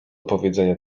powiedzenia